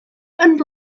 and